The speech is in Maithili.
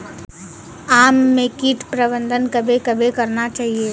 आम मे कीट प्रबंधन कबे कबे करना चाहिए?